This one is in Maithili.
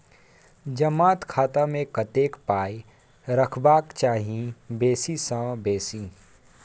जमा खाता मे कतेक पाय रखबाक चाही बेसी सँ बेसी?